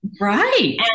right